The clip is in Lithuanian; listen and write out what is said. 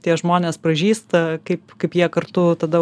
tie žmonės pražysta kaip kaip jie kartu tada